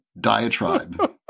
diatribe